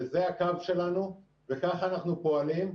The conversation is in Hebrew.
וזה הקו שלנו, וכך אנחנו פועלים.